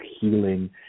healing